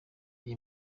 iyi